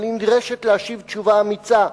אבל היא נדרשת להשיב תשובה אמיצה,